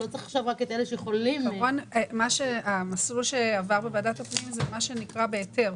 לא צריך רק את אלה --- המסלול שעבר את ועדת הפנים זה מסלול בהיתר,